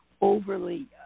overly